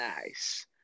Nice